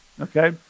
Okay